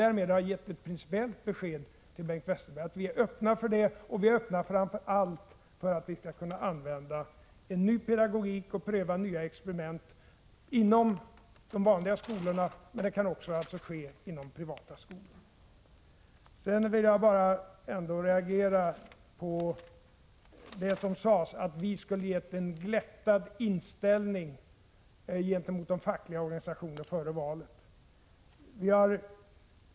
Därmed har jag givit ett principiellt besked till Bengt Westerberg -— vi är öppna för det. Vi är öppna framför allt för att man skall kunna använda en ny pedagogik och göra experiment inom de vanliga skolorna, men det kan alltså också ske inom privata skolor. Jag reagerar mot det som här sades om att vi skulle ha haft en glättad inställning gentemot de fackliga organisationerna före valet.